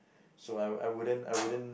so I I wouldn't I wouldn't